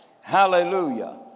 Hallelujah